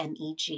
MEG